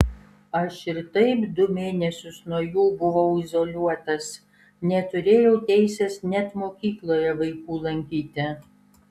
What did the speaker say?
aš ir taip du mėnesius nuo jų buvau izoliuotas neturėjau teisės net mokykloje vaikų lankyti